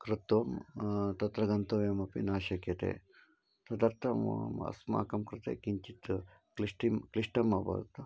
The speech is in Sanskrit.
कृत्वा तत्र गन्तव्यमपि न शक्यते तदर्थम् अस्माकं कृते किञ्चित् क्लिष्टं क्लिष्टम् अभवत्